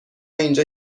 اینجا